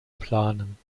planen